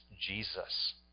Jesus